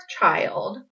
child